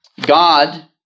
God